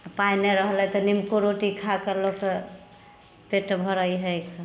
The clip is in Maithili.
पाइ नहि रहलै तऽ नीमको रोटी खा कऽ लोक पेट भरै हइ